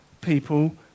people